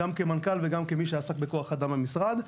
גם כמנכ"ל וגם כמי שעסק בכוח אדם במשרד,